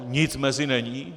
Nic mezi není?